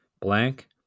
blank